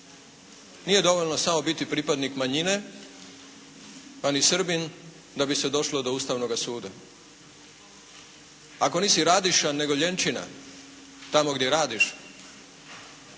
Nije dovoljno samo biti pripadnik manjine, pa ni Srbin, da bi se došlo do Ustavnoga suda. Ako nisi radišan nego ljenčina tamo gdje radiš,